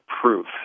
proof